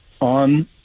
on